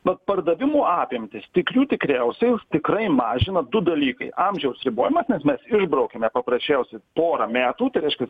vat pardavimų apimtis tikrių tikriausiai tikrai mažina du dalykai amžiaus ribojimas nes mes išbraukiame paprasčiausiai porą metų tai reiškias